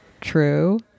True